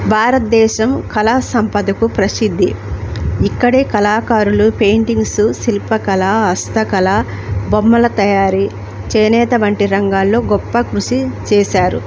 భారతదేశం కళా సంపదకు ప్రసిద్ధి ఇక్కడే కళాకారులు పెయింటింగ్సు శిల్పకళ హస్తకళ బొమ్మల తయారీ చేనేత వంటి రంగాల్లో గొప్ప కృషి చేశారు